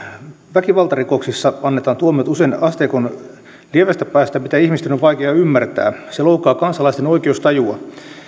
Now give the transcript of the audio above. väkivaltarikoksissa annetaan tuomiot usein asteikon lievästä päästä mitä ihmisten on vaikea ymmärtää se loukkaa kansalaisten oikeustajua